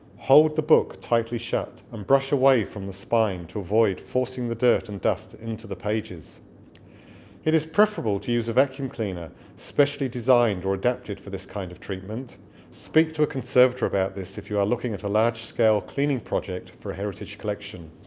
hold the book tightly shut and brush away from the spine to avoid forcing the dirt and dust into the pages it is preferable to use a vacuum cleaner specially designed or adapted for this kind of treatment speak to a conservator about this if you are looking at a large scale cleaning project for a heritage collection